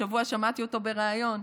השבוע שמעתי אותו בריאיון,